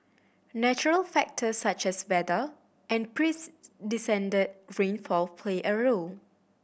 natural factors such as weather and precedented rainfall play a role